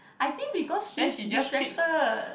I think because she's distracted